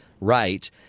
right